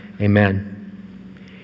amen